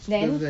then